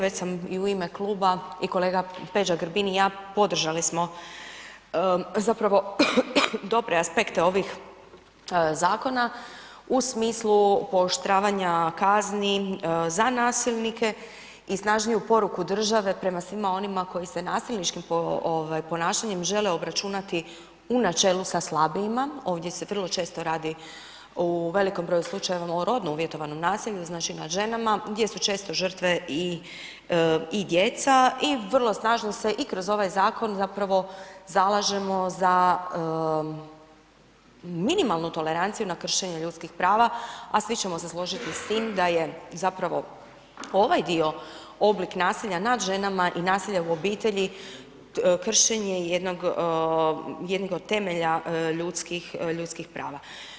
Već sam i u ime kluba i kolega Peđa Grbin i ja, podržali smo, zapravo dobre aspekte ovih zakona u smislu pooštravanja kazni za nasilnike i snažniju poruku države prema svima onima koji se nasilnički ponašanjem želje obračunati u načelu sa slabijima, ovdje se vrlo često radi u velikom broju slučajeva o radno uvjetovanom nasilju, znači nad ženama, gdje su često žrtve i djeca i vrlo snažno se i kroz ovaj zakon zapravo zalažemo za minimalnu toleranciju na kršenje ljudskih prava, a svi ćemo se složiti s tim da je zapravo ovaj dio oblik nasilja nad ženama i nasilja u obitelji kršenje jednog od temelja ljudskih prava.